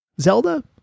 Zelda